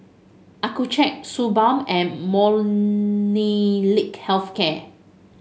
Accucheck Suu Balm and Molnylcke Health Care